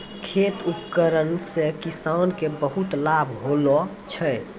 खेत उपकरण से किसान के बहुत लाभ होलो छै